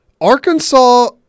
Arkansas